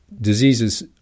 Diseases